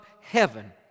heaven